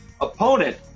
opponent